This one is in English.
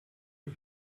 put